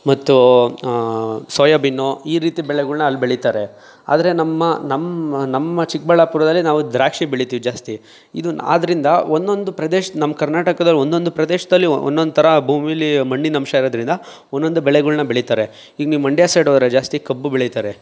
ಮತ್ತೂ soya bean ಈ ರೀತಿ ಬೆಳೆಗಳನ್ನ ಅಲ್ಲಿ ಬೆಳೀತಾರೆ ಆದರೆ ನಮ್ಮ ನಮ್ಮ ನಮ್ಮ ಚಿಕ್ಕಬಳ್ಳಾಪುರದಲ್ಲಿ ನಾವು ದ್ರಾಕ್ಷಿ ಬೆಳಿತೀವಿ ಜಾಸ್ತಿ ಇದನ್ನ ಆದ್ದರಿಂದ ಒಂದೊಂದು ಪ್ರದೇಶ ನಮ್ಮ ಕರ್ನಾಟಕದಲ್ಲಿ ಒಂದೊಂದು ಪ್ರದೇಶದಲ್ಲಿ ಒಂದೊಂದು ಥರ ಭೂಮೀಲಿ ಮಣ್ಣಿನಂಶ ಇರೋದರಿಂದ ಒಂದೊಂದು ಬೆಳೆಗಳನ್ನ ಬೆಳಿತಾರೆ ಈಗ ನೀವು ಮಂಡ್ಯ ಸೈಡ್ ಹೋದ್ರೆ ಜಾಸ್ತಿ ಕಬ್ಬು ಬೆಳೀತಾರೆ